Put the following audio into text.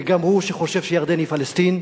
וגם הוא שחושב שירדן היא פלסטין,